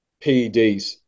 PEDs